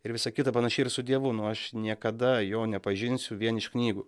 ir visa kita panašiai ir su dievu nu aš niekada jo nepažinsiu vien iš knygų